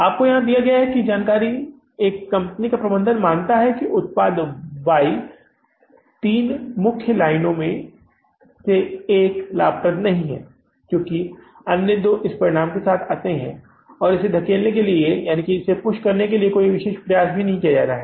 आपको यहां दिया गया है कि जानकारी एक कंपनी का प्रबंधन मानता है कि उत्पाद वाई तीन मुख्य लाइनों में से एक लाभदायक नहीं है क्योंकि अन्य दो इस परिणाम के साथ हैं कि इसे धकेलने के लिए कोई विशेष प्रयास नहीं किए गए हैं